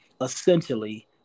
essentially